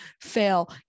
fail